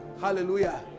Hallelujah